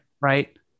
right